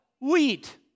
Wheat